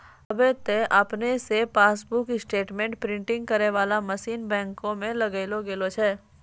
आबे त आपने से पासबुक स्टेटमेंट प्रिंटिंग करै बाला मशीन बैंको मे लगैलो गेलो छै